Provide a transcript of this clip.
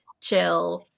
chill